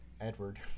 Edward